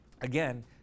again